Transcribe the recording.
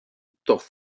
doch